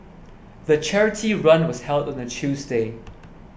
the charity run was held on a Tuesday